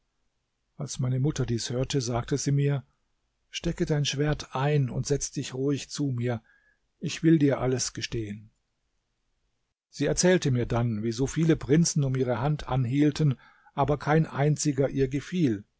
als meine mutter dies hörte sagte sie mir stecke dein schwert ein und setze dich ruhig zu mir ich will dir alles gestehen sie erzählte mir dann wie so viele prinzen um ihre hand anhielten aber kein einziger ihr gefiel